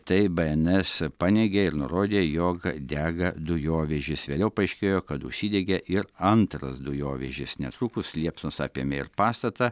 tai bns paneigė ir nurodė jog dega dujovežis vėliau paaiškėjo kad užsidegė ir antras dujovežis netrukus liepsnos apėmė ir pastatą